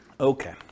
Okay